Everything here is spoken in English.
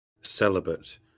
celibate